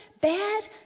bad